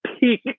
peak